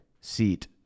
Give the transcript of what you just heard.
Seat